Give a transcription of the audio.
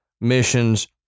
missions